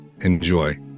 Enjoy